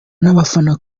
nabafana